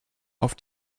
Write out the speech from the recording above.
auf